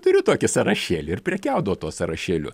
turiu tokį sąrašėlį ir prekiaudavo tuo sąrašėliu